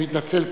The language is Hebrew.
אני מתנצל,